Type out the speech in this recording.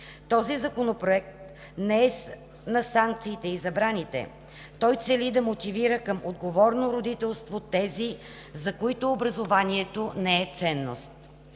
Този законопроект не е на санкциите и забраните, той цели да мотивира към отговорно родителство тези, за които образованието не е ценност.